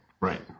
Right